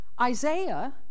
Isaiah